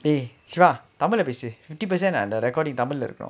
dey siva tamil leh பேசு:pesu fifty percent ah the recording tamil leh இருக்கனும்:irukanum